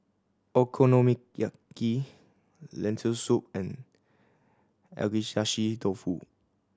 Okonomiyaki Lentil Soup and Agedashi Dofu